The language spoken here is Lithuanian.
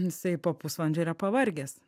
jisai po pusvalandžio yra pavargęs